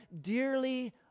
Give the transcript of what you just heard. dearly